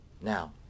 Now